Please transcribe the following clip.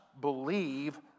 believe